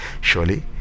Surely